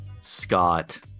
Scott